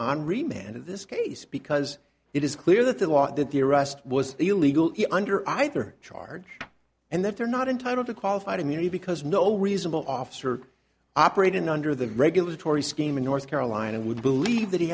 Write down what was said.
in this case because it is clear that the law that the arrest was illegal under either charge and that they're not entitled to qualified immunity because no reasonable officer operating under the regulatory scheme in north carolina would believe that he